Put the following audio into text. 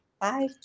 Bye